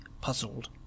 puzzled